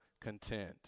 content